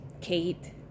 Kate